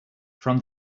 from